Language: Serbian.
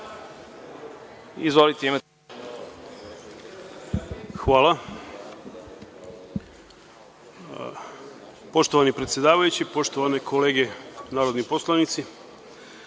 **Zvonimir Đokić** Hvala. Poštovani predsedavajući, poštovane kolege narodni poslanici,